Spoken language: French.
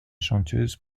chanteuse